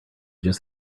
just